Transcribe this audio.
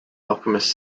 alchemist